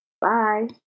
bye